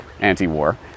anti-war